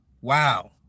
Wow